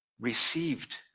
received